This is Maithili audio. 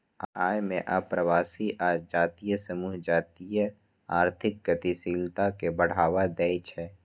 अय मे अप्रवासी आ जातीय समूह जातीय आर्थिक गतिशीलता कें बढ़ावा दै छै